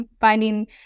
finding